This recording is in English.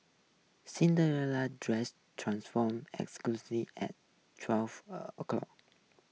Cinderella's dress transformed exactly at twelve o'clock